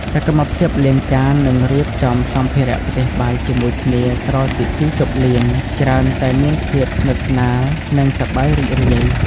សកម្មភាពលាងចាន និងរៀបចំសម្ភារៈផ្ទះបាយជាមួយគ្នាក្រោយពិធីជប់លៀង ច្រើនតែមានភាពស្និទ្ធស្នាល និងសប្បាយរីករាយ។